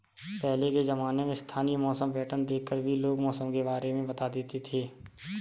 पहले के ज़माने में स्थानीय मौसम पैटर्न देख कर भी लोग मौसम के बारे में बता देते थे